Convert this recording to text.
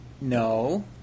No